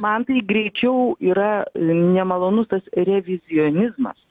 man tai greičiau yra nemalonus tas revizionizmas